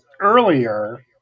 earlier